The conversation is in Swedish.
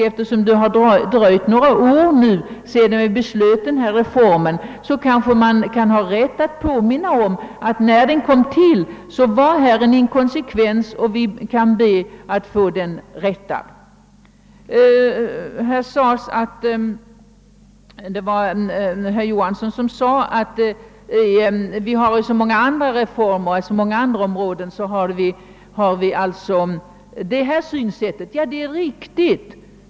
Eftersom det har dröjt några år sedan vi beslöt denna reform kanske man kan få påminna om att när den kom till, uppstod en inkonsekvens, och det är därför anledning att försöka få rättelse till stånd i detta avseende. Herr Johansson i Södertälje sade att vi på många andra områden har detta synsätt. Ja, det är riktigt.